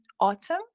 autumn